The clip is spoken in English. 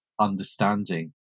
understanding